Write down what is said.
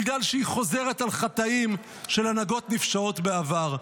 בגלל שהיא חוזרת על חטאים של הנהגות נפשעות בעבר.